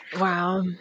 Wow